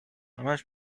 همش